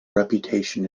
reputation